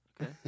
Okay